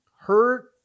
hurt